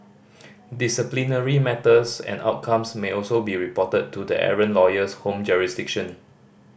disciplinary matters and outcomes may also be reported to the errant lawyer's home jurisdiction